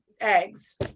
eggs